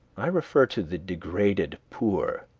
i refer to the degraded poor,